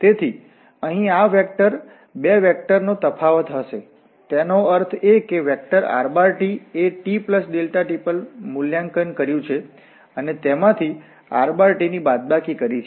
તેથી અહીં આ વેક્ટર2 વેક્ટરનો તફાવત હશે તેનો અર્થ એ કે વેક્ટરrt એ t∆t પર મૂલ્યાંકન કર્યું છે અને તેમાથી rt ની બાદબાકી કરી છે